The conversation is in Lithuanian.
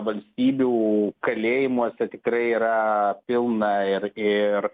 valstybių kalėjimuose tikrai yra pilna ir ir